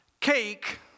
cake